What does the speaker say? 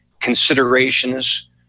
considerations